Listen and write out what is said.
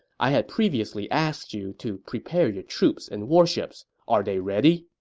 i had previously asked you to prepare your troops and warships. are they ready?